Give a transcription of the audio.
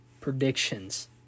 predictions